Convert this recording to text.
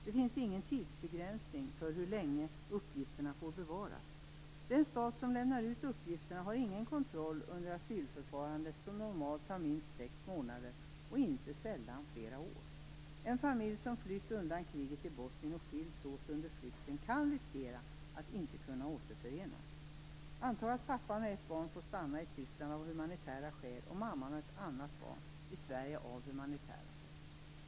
Det finns ingen tidsbegränsning för hur länge uppgifterna får bevaras. Den stat som lämnar ut uppgifterna har ingen kontroll under asylförfarandet, som normalt tar minst sex månader och inte sällan flera år. En familj som flytt undan kriget i Bosnien och skiljs åt under flykten kan riskera att inte kunna återförenas. Antag att pappan och ett barn får stanna i Tyskland av humanitära skäl och mamman och ett annat barn får stanna i Sverige av humanitära skäl.